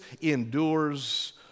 endures